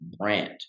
brand